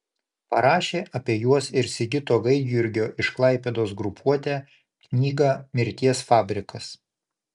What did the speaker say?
parašė apie juos ir sigito gaidjurgio iš klaipėdos grupuotę knygą mirties fabrikas